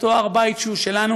אותו הר הבית שהוא שלנו,